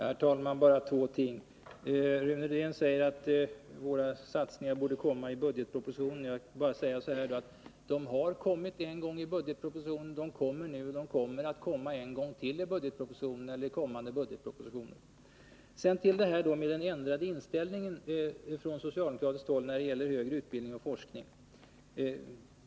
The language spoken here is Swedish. Herr talman! Rune Rydén säger att våra förslag borde kommit i samband med budgetpropositionen. Jag vill bara säga att de har kommit en gång i samband med budgetpropositionen, och de skall också komma en gång till i samband med den kommande budgetpropositionen. Så några ord om den ändrade inställningen från socialdemokratins håll när det gäller högre utbildning och forskning.